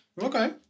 Okay